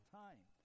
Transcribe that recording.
time